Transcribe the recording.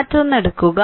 മറ്റൊന്ന് എടുക്കുക